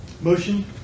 Motion